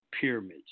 pyramids